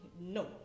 No